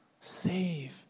Save